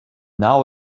now